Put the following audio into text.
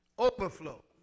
Overflow